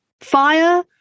fire